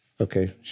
okay